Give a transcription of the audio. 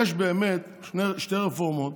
יש באמת שתי רפורמות,